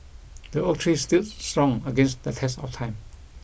the oak tree stood strong against the test of time